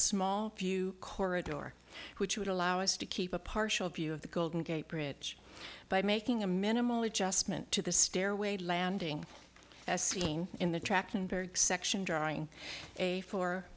small view corridor which would allow us to keep a partial view of the golden gate bridge by making a minimal adjustment to the stairway landing as seen in the trachtenberg section drawing a for